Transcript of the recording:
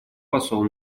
посол